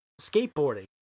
skateboarding